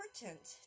important